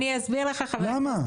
למה?